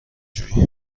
جویی